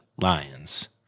lions